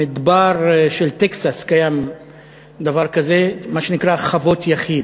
במדבר של טקסס קיים דבר כזה, מה שנקרא: חוות יחיד,